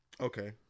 Okay